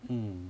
mm